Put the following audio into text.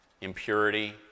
impurity